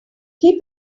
keep